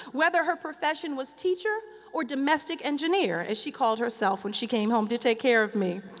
whether her profession was teacher or domestic engineer, as she called herself when she came home to take care of me.